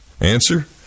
Answer